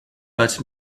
but